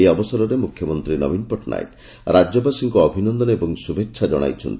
ଏହି ଅବସରରେ ମୁଖ୍ୟମନ୍ତୀ ନବୀନ ପଟ୍ଟନାୟକ ରାକ୍ୟବାସୀଙ୍କୁ ଅଭିନନ୍ଦନ ଏବଂ ଶୁଭେଛା ଜଣାଇଛନ୍ତି